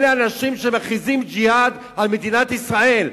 אלה אנשים שמכריזים ג'יהאד על מדינת ישראל,